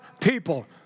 people